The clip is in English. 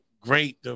great